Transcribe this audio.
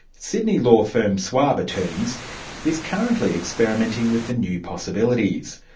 sydney law firm swaab attorneys is currently experimenting with the new possibilities.